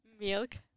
milk